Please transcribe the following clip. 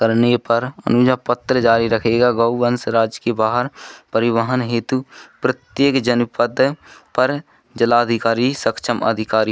करने पर अनुजा पात्र जारी रखेगा गौ वंश राज्य के बाहर परिवहन हेतु प्रत्येक जनपद पर ज़िलाधिकारी सक्षम अधिकारी